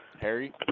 Harry